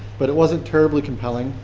but it wasn't terribly compelling.